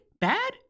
Bad